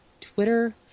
Twitter